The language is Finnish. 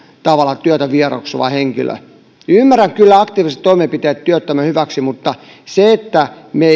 tavalla työtä vieroksuva henkilö ymmärrän kyllä aktiiviset toimenpiteet työttömän hyväksi mutta se että me